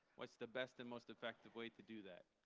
what's the best and most effective way to do that?